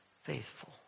Faithful